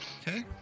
Okay